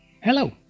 Hello